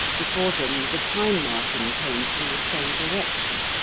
before them the pine-marten came from the same direction,